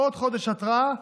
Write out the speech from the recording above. עוד חודש התראה,